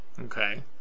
Okay